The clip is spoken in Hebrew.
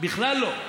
בכלל לא.